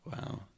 Wow